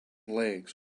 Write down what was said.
legs